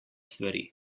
stvari